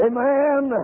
Amen